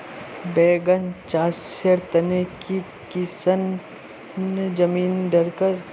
बैगन चासेर तने की किसम जमीन डरकर?